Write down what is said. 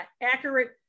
accurate